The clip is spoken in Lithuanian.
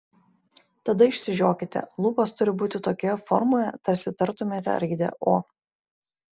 tada išsižiokite lūpos turi būti tokioje formoje tarsi tartumėte raidę o